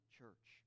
church